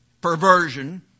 perversion